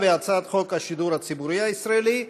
והצעת חוק השידור הציבורי הישראלי.